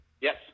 yes